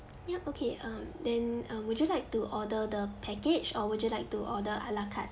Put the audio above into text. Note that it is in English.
yup okay um then uh would you like to order the package or would you like to order a la carte